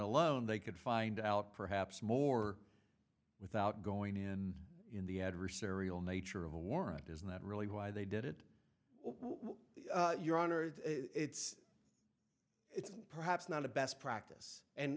alone they could find out perhaps more without going in in the adversarial nature of a warrant isn't that really why they did it what your honor it's it's perhaps not the best practice and